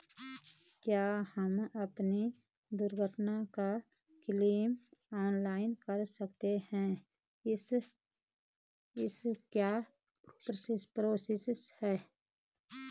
क्या हम अपनी दुर्घटना का क्लेम ऑनलाइन कर सकते हैं इसकी क्या प्रोसेस है?